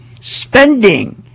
spending